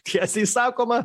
tiesiai sakoma